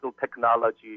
technology